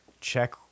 check